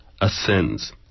ascends